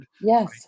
Yes